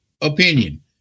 opinion